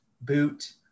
boot